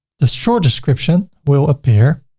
the short description will appear